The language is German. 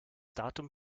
datum